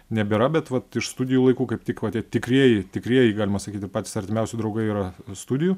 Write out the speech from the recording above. nebėra bet vat iš studijų laikų kaip tik va tie tikrieji tikrieji galima sakyti patys artimiausi draugai yra studijų